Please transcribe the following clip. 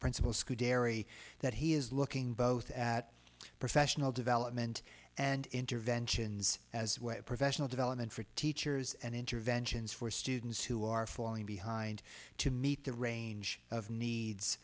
principal scuderi that he is looking both at professional development and interventions as professional development for teachers and interventions for students who are falling behind to meet the range of needs